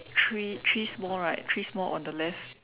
three three small right three small on the left